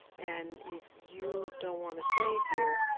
and if you don't want a save here,